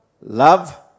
love